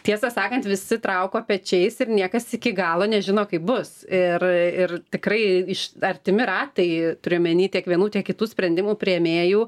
tiesą sakant visi trauko pečiais ir niekas iki galo nežino kaip bus ir ir tikrai iš artimi ratai turiu omeny tiek vienų tiek kitų sprendimų priėmėjų